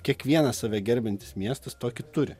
kiekvienas save gerbiantis miestas tokį turi